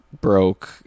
broke